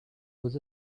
was